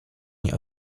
nie